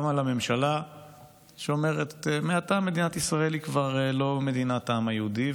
קמה לה ממשלה שאומרת: מעתה מדינת ישראל היא כבר לא מדינת העם היהודי,